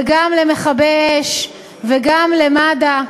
וגם למכבי אש, וגם למד"א,